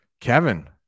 kevin